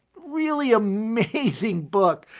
really amazing book.